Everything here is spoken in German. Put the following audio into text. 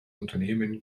unternehmen